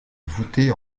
voûtée